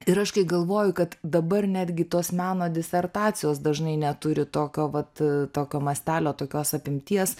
ir aš kai galvoju kad dabar netgi tos meno disertacijos dažnai neturi tokio vat tokio mastelio tokios apimties